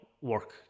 work